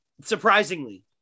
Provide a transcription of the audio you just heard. Surprisingly